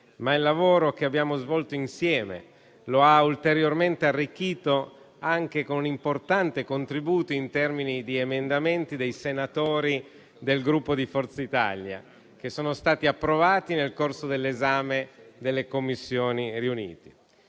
ma il lavoro che abbiamo svolto insieme lo ha ulteriormente arricchito, anche con un importante contributo in termini di emendamenti dei senatori del Gruppo Forza Italia, che sono stati approvati nel corso dell'esame delle Commissioni riunite.